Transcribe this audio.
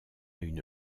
une